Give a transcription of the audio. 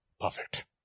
perfect